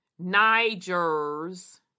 Nigers